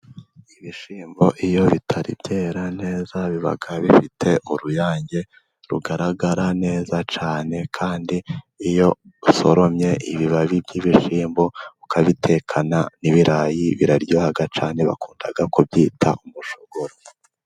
Ibishyimbo iyo bitari byera neza bibaga bifite uruyange rugaragara neza cyane, kandi iyo usoromye ibibabi by'ibishyimbo, ukabitekana n'ibirayi biraryoha cyane, bakunda kubyita umushogoro.